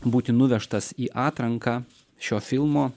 būti nuvežtas į atranką šio filmo